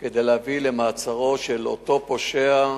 כדי להביא למעצרו של אותו פושע,